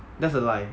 that's a lie